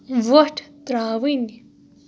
وۄٹھ ترٛاوٕنۍ